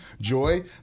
Joy